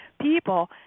people